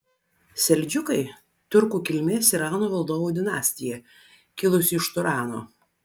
seldžiukai tiurkų kilmės irano valdovų dinastija kilusi iš turano